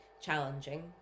challenging